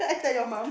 tell your mum